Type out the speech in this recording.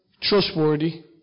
Trustworthy